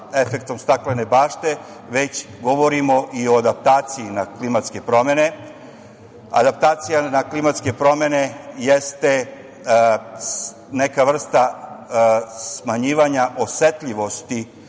efektom staklene bašte, već govorimo i o adaptaciji na klimatske promene. Adaptacija na klimatske promene jeste neka vrsta smanjivanja osetljivosti